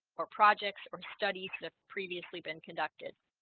or projects or studies that previously been conducted